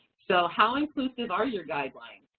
so how inclusive are your guidelines?